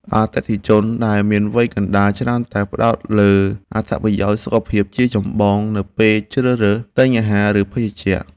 អតិថិជនដែលមានវ័យកណ្តាលច្រើនតែផ្តោតលើអត្ថប្រយោជន៍សុខភាពជាចម្បងនៅពេលជ្រើសរើសទិញអាហារ ឬភេសជ្ជៈ។